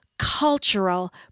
cultural